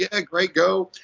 yeah, great, go.